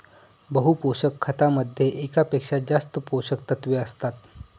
बहु पोषक खतामध्ये एकापेक्षा जास्त पोषकतत्वे असतात